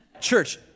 Church